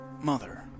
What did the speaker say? Mother